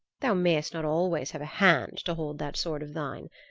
thou mayst not always have a hand to hold that sword of thine.